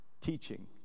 teaching